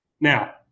Now